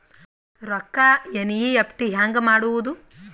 ರೊಕ್ಕ ಎನ್.ಇ.ಎಫ್.ಟಿ ಹ್ಯಾಂಗ್ ಮಾಡುವುದು?